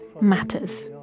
matters